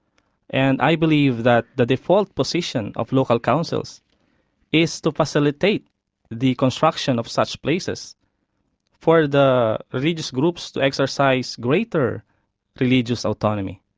and i believe that the default position of local councils is to facilitate the construction of such places for the religious groups to exercise greater religious autonomy.